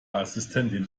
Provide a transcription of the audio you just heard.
assistentin